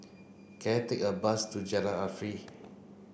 can I take a bus to Jalan